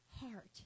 heart